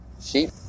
sheep